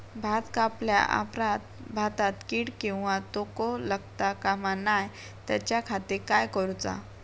भात कापल्या ऑप्रात भाताक कीड किंवा तोको लगता काम नाय त्याच्या खाती काय करुचा?